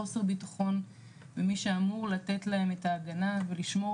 חוסר ביטחון במי שאמור לתת להם את ההגנה ולשמור